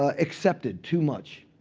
ah accepted too much.